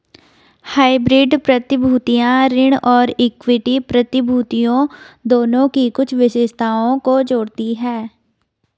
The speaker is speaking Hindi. हाइब्रिड प्रतिभूतियां ऋण और इक्विटी प्रतिभूतियों दोनों की कुछ विशेषताओं को जोड़ती हैं